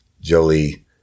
Jolie